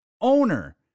owner